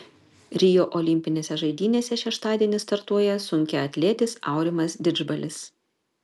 rio olimpinėse žaidynėse šeštadienį startuoja sunkiaatletis aurimas didžbalis